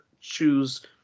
choose